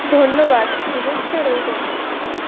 ধন্যবাদ শুভেচ্ছা রইলো